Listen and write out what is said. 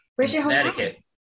Connecticut